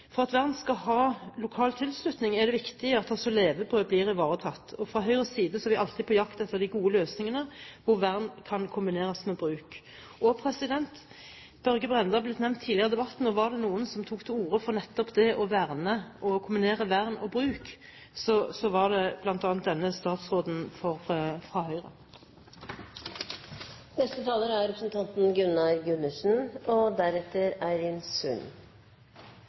For at vern skal ha lokal tilslutning, er det viktig at også levebrødet blir ivaretatt, og fra Høyres side er vi alltid på jakt etter de gode løsningene, hvor vern kan kombineres med bruk. Børge Brende har blitt nevnt tidligere i debatten, og var det noen som tok til orde for nettopp det å verne og å kombinere vern og bruk, var det bl.a. denne statsråden fra Høyre. Jeg hadde faktisk trodd at selv om man kanskje var både døv og